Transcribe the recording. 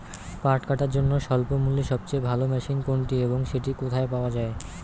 পাট কাটার জন্য স্বল্পমূল্যে সবচেয়ে ভালো মেশিন কোনটি এবং সেটি কোথায় পাওয়া য়ায়?